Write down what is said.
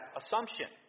assumption